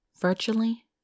virtually